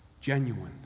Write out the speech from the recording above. genuine